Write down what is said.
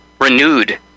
Renewed